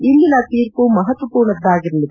ಇಂದಿನ ತೀರ್ಮ ಮಹತ್ವಪೂರ್ಣದ್ದಾಗಿರಲಿದೆ